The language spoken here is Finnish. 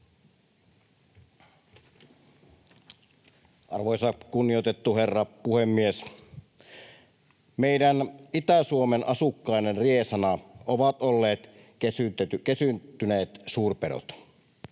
Arvoisa, kunnioitettu herra puhemies! Meidän Itä-Suomen asukkaiden riesana ovat olleet kesyyntyneet suurpedot.